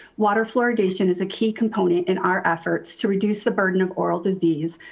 water fluoridation is a key component in our efforts to reduce the burden of oral disease,